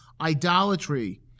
idolatry